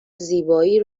زیبایی